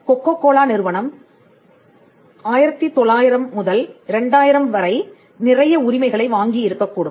kho kho Cola நிறுவனம் 1900 முதல் 2000 வரை நிறைய உரிமைகளை வாங்கி இருக்கக்கூடும்